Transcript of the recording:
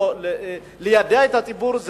ליידע את הציבור,